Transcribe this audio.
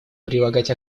прилагать